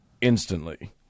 instantly